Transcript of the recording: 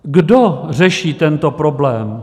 Kdo řeší tento problém?